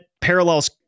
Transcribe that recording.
parallels